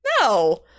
no